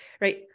right